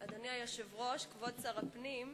אדוני היושב-ראש, שר הפנים,